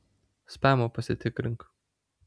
spamą pasitikrink